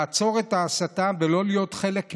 לעצור את ההסתה, ולא להיות חלק ממנה.